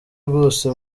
rwose